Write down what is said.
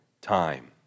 time